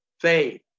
faith